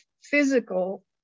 physical